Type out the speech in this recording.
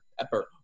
pepper